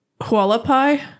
Hualapai